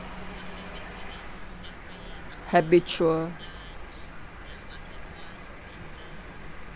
habitual